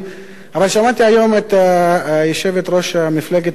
אבל שמעתי היום את יושבת-ראש מפלגת העבודה,